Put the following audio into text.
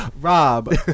Rob